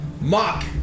Mock